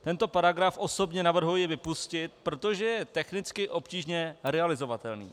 Tento paragraf osobně navrhuji vypustit, protože je technicky obtížně realizovatelný.